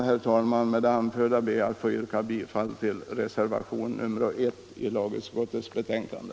Herr talman! Med det anförda ber jag att få yrka bifall till reservationen 1 vid lagutskottets betänkande.